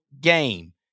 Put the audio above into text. game